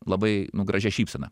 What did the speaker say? labai nu gražia šypsena